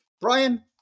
Brian